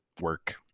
work